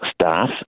staff